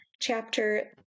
chapter